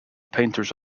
painters